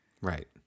Right